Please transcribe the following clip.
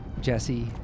Jesse